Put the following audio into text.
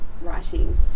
writing